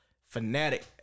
Fanatic